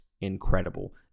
incredible